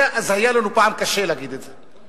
אז פעם היה לנו קשה להגיד את זה.